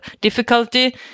difficulty